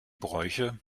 bräuche